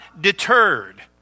deterred